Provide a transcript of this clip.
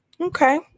Okay